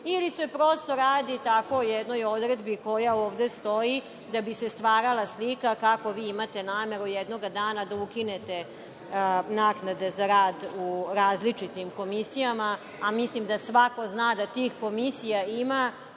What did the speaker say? ili se prosto radi o tako jednoj odredbi koja ovde stoji da bi se stvarala slika kako vi imate nameru, jednoga dana, da ukinete naknade za rad u različitim komisijama. Mislim da svako zna da tih komisija ima